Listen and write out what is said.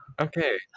Okay